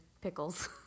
pickles